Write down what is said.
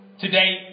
Today